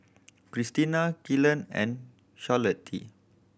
Krystina Kelan and Charlottie